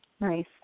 Nice